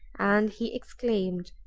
and he exclaimed,